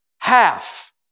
Half